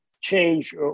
change